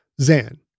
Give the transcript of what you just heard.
Zan